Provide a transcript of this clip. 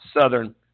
southern